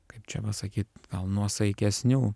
kaip čia pasakyt gal nuosaikesnių